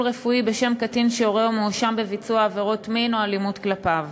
רפואי בשם קטין שהורהו מואשם בביצוע עבירת מין או אלימות כלפיו),